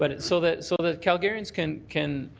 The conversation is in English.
but so that sort of that calgarians can can